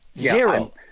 Zero